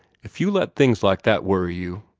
if you let things like that worry you,